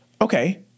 Okay